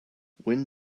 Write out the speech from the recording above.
when